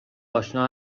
آشنا